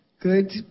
good